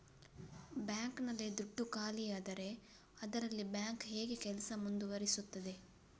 Bank ನಲ್ಲಿ ದುಡ್ಡು ಖಾಲಿಯಾದರೆ ಅದರಲ್ಲಿ ಬ್ಯಾಂಕ್ ಹೇಗೆ ಕೆಲಸ ಮುಂದುವರಿಸುತ್ತದೆ?